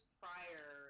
prior